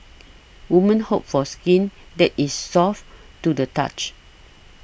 women hope for skin that is soft to the touch